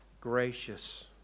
gracious